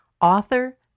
author